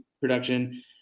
production